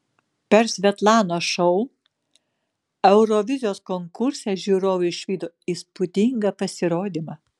per svetlanos šou eurovizijos konkurse žiūrovai išvydo įspūdingą pasirodymą